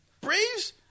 Braves